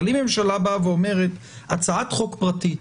אבל אם הממשלה אומרת שהצעת חוק פרטית